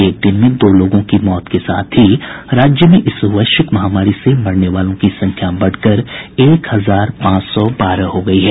एक दिन में दो लोगों की मौत के साथ ही राज्य में इस वैश्विक महामारी से मरने वालों की संख्या बढ़कर एक हजार पांच सौ बारह हो गई है